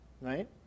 Right